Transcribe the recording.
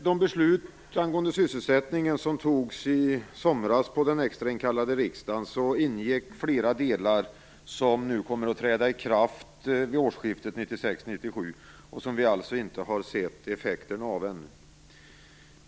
I de beslut angående sysselsättningen som fattades i somras av den extrainkallade riksdagen ingick flera delar som nu kommer att träda i kraft vid årsskiftet 1996-1997 och som vi alltså inte har sett effekterna av ännu.